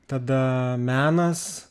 tada menas